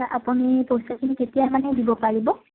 আপুনি পইচাখিনি কেতিয়া মানে দিব পাৰিব